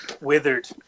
withered